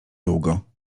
długo